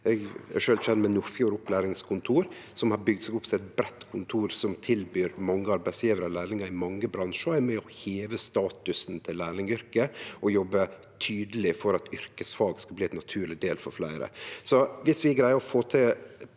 Eg kjenner sjølv Nordfjord Opplæringskontor, som har bygd seg opp til eit breitt kontor som tilbyr mange arbeidsgjevarar lærlingar i mange bransjar. Det er med på å heve statusen til lærlingyrket og jobbar tydeleg for at yrkesfag skal bli ein naturleg del for fleire. Viss vi greier å få til